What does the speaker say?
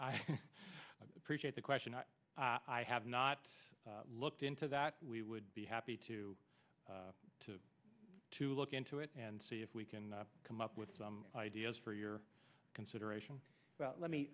i appreciate the question i have not looked into that we would be happy to to to look into it and see if we can come up with some ideas for your consideration but let me